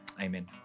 Amen